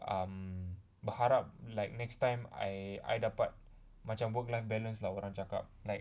um berharap like next time I I dapat macam work life balance lah orang cakap like